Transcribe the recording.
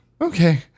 Okay